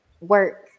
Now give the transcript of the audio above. work